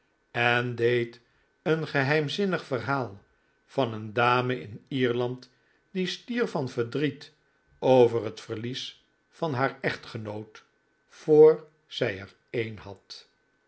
en deed een geheimzinnig verhaal van een dame in ierland die stierf van verdriet over het verlies van haar echtgenoot voor zij er een had